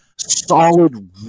Solid